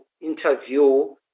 interview